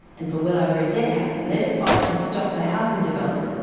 and for well over a decade led a fight to stop the housing development.